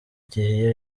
gihe